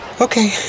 okay